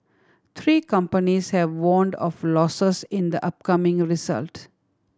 three companies have warned of losses in the upcoming result